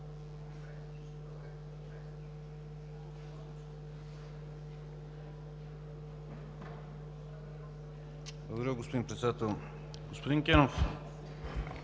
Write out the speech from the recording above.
Благодаря, господин Председател. Господин Кенов,